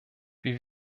wir